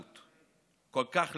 כראש ממשלה,